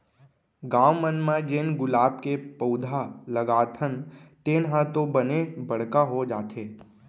गॉव मन म जेन गुलाब के पउधा लगाथन तेन ह तो बने बड़का हो जाथे